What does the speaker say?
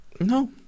No